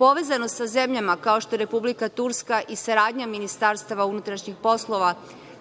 Povezanost sa zemljama kao što je Republika Turska i saradnja MUP